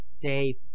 Dave